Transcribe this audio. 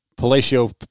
Palacio